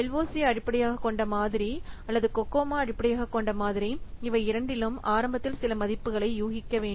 LOC அடிப்படையாகக்கொண்ட மாதிரி அல்லது COCOMO அடிப்படையாகக் கொண்ட மாதிரி இவை இரண்டிலும் ஆரம்பத்தில் சில மதிப்புகளை யூகிக்க வேண்டும்